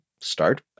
start